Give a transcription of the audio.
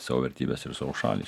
savo vertybes ir savo šalį